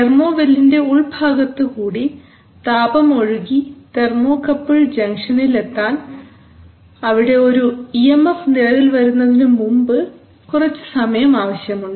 thermo വെല്ലിൻറെ ഉൾഭാഗത്തുകൂടി താപം ഒഴുകി തെർമോകപ്പിൾ ജംഗ്ഷനിൽ എത്താൻ അവിടെ ഒരു ഇ എം എഫ് നിലവിൽ വരുന്നതിനു മുമ്പ് കുറച്ചുസമയം ആവശ്യമുണ്ട്